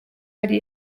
ari